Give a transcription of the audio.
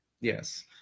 Yes